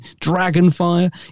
Dragonfire